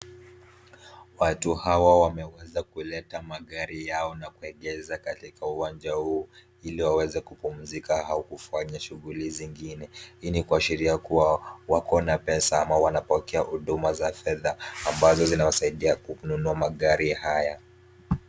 Watu hawa wameweza kuleta magari yao na kuegeza katika uwanja huu, ili waweze kupumzika au kufanya shughuli zingine. Hii ni kuashiria kuwa wako na pesa, ama wanapokea huduma za fedha ambazo zinawasaidia kununua magari haya.